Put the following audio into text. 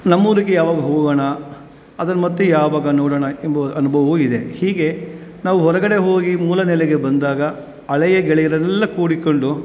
ನಮ್ಮ ಊರಿಗೆ ಯಾವಾಗ ಹೋಗೋಣ ಅದನ್ನು ಮತ್ತೆ ಯಾವಾಗ ನೋಡೋಣ ಎಂಬ ಅನುಭವವೂ ಇದೆ ಹೀಗೆ ನಾವು ಹೊರಗಡೆ ಹೋಗಿ ಮೂಲ ನೆಲೆಗೆ ಬಂದಾಗ ಹಳೆಯ ಗೆಳೆಯರೆಲ್ಲ ಕೂಡಿಕೊಂಡು